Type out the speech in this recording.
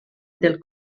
del